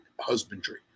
husbandry